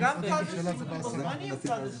בחקיקה הזאת מוצעים מספר שינויים,